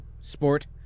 sport